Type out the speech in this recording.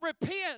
repent